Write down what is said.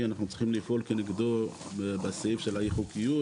אנחנו צריכים לפעול כנגדו בסעיף של האי חוקיות,